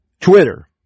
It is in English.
Twitter